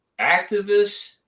activists